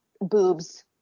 boobs